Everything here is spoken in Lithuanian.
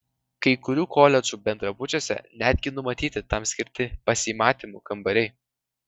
kai kurių koledžų bendrabučiuose netgi numatyti tam skirti pasimatymų kambariai